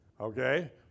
Okay